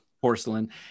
porcelain